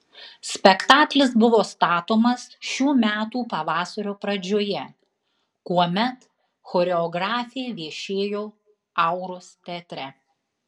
spektaklis buvo statomas šių metų pavasario pradžioje kuomet choreografė viešėjo auros teatre